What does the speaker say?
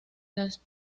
las